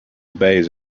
base